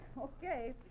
Okay